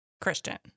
Christian